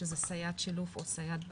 שזה סייעת שילוב או סייעת בית.